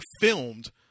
filmed